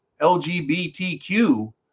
LGBTQ